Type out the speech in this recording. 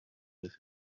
with